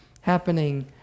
happening